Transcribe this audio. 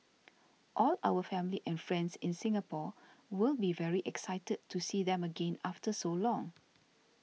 all our family and friends in Singapore will be very excited to see them again after so long